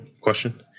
question